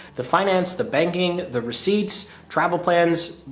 the finance, the banking, the receipts, travel plans,